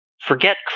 Forget